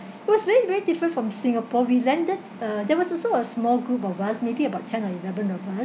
it was very very different from singapore we landed uh there was also a small group of us maybe about ten or eleven of us